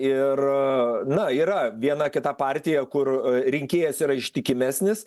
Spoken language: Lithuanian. ir na yra viena kita partija kur rinkėjas yra ištikimesnis